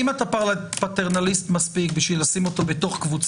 אם אתה פטרנליסט מספיק בשביל לשים אותו בקבוצה